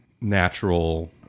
natural